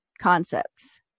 concepts